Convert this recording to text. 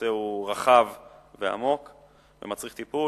הנושא הוא רחב ועמוק ומצריך טיפול.